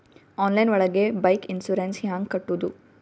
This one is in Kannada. ಆನ್ಲೈನ್ ಒಳಗೆ ಬೈಕ್ ಇನ್ಸೂರೆನ್ಸ್ ಹ್ಯಾಂಗ್ ಕಟ್ಟುದು?